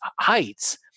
heights